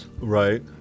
right